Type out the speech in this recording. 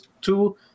two